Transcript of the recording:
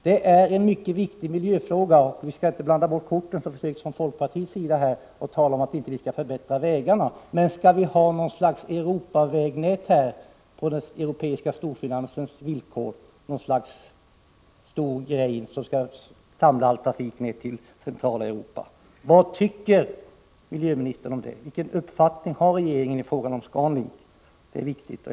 Det är en mycket viktig miljöfråga — vi skall inte blanda bort korten som man från folkpartiets sida här har försökt göra genom att tala om att motståndarna inte vill förbättra vägarna. Skall vi här på den europeiska storfinansens villkor ha ett stort Europavägnät som skall samla uppall trafik till centrala Europa? Vad tycker miljöministern om det? Vilken uppfattning har regeringen i frågan om Scan Link? Det är viktigt att få detta klarlagt.